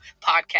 podcast